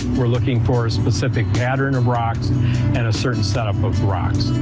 we're looking for a specific pattern of rocks and a certain set-up of rocks.